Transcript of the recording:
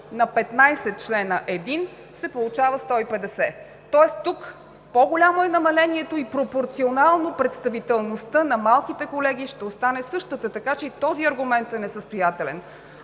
на един, се получават 150. Тоест тук е по-голямо намалението и пропорционално представителността на малките колегии ще остане същата, така че и този аргумент е несъстоятелен.